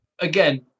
Again